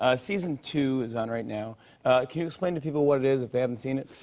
ah season two is on right now. can you explain to people what it is, if they haven't seen it?